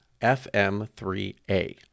FM3A